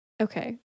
okay